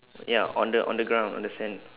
ya on the on the ground on the sand